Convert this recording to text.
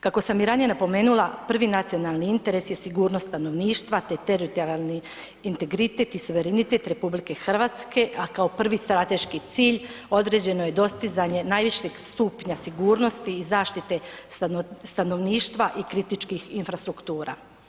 Kako sam i ranije napomenula, prvi nacionalni interes je sigurnost stanovništva te teritorijalni integritet i suverenitet RH, a kao prvi strateški cilj određeno je dostizanje najvišeg stupnja sigurnosti i zaštite stanovništva i kritičkih infrastruktura.